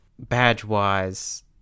Badge-wise